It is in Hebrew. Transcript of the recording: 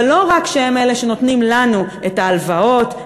ולא רק שהם אלה שנותנים לנו את ההלוואות,